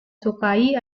sukai